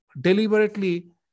deliberately